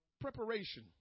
Preparation